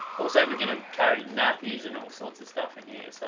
also we're going to carry nappy's and all sorts of stuff in here so